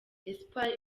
espoir